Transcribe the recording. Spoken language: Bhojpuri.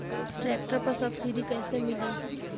ट्रैक्टर पर सब्सिडी कैसे मिली?